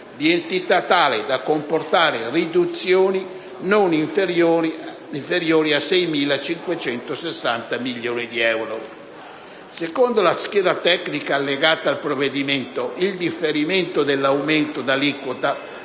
di entità tale da comportare riduzioni dell'indebitamento netto non inferiori a 6.560 milioni di euro. Secondo la scheda tecnica allegata al provvedimento, il differimento dell'aumento d'aliquota